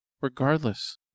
Regardless